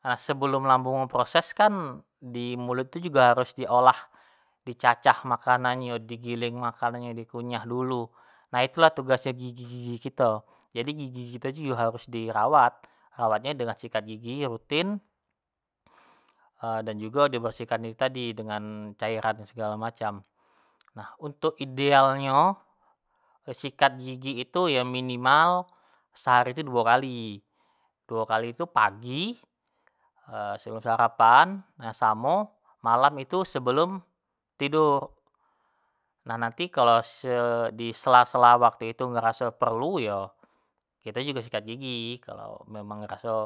Nah sebelum lambung memproses kan, di mulut tu jugo harus di olah, di cacah, makanan nyo digiling, dikunyah dulu, nah itu lah tugas gigi-gigi kito, jadi gigi kito tu jugo harus di rawat, rawat nyo dengan sikat gigi rutin, dan jugo dibersihkan itu tadi dengan cairan segalo macam, nah untuk idealnyo sikat gigi itu yo minimal, sehari tu duo kali, duo kali tu pagi sebelum sarapan, samo malam tu sebelum tidur, nah, nanti kalo di se- sela-sela waktu itu ngeraso perlu yo kito jugo sikat gigi, yo kalo kito ngeraso